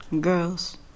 girls